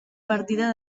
partida